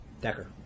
Decker